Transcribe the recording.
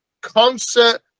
concert